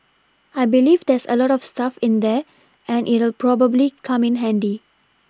I believe there's a lot of stuff in there and it'll probably come in handy